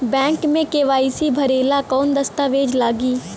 Bank मे KYC भरेला कवन दस्ता वेज लागी?